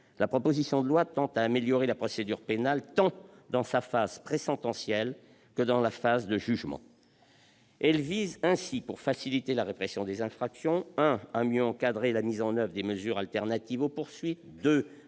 la proposition de loi tend à améliorer la procédure pénale tant dans sa phase présentencielle que dans la phase de jugement. Cette proposition de loi vise ainsi, pour faciliter la répression des infractions, à mieux encadrer la mise en oeuvre des mesures alternatives aux poursuites,